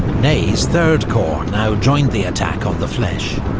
ney's third corps now joined the attack on the fleches.